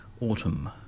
Autumn